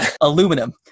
Aluminum